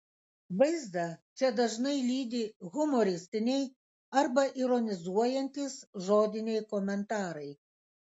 vaizdą čia dažnai lydi humoristiniai arba ironizuojantys žodiniai komentarai